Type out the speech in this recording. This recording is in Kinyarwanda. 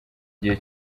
gihe